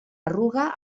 arruga